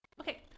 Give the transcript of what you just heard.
Okay